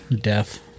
death